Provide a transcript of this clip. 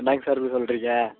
என்னங்க சார் இப்படி சொல்கிறீங்க